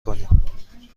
کنیم